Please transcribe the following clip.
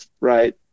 Right